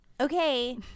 Okay